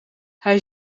hij